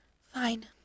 Fine